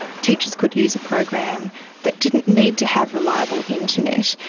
teachers could use a program that didn't need to have reliable internet.